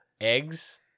eggs